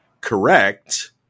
correct